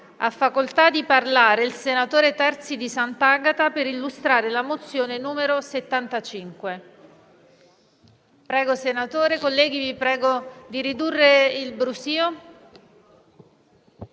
Ha facoltà di parlare il senatore Terzi di Sant'Agata per illustrare la mozione n. 75.